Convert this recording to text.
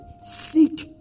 seek